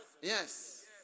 Yes